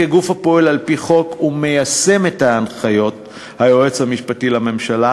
כגוף הפועל על-פי חוק ומיישם את הנחיות היועץ המשפטי לממשלה,